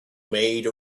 made